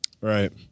Right